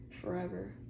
forever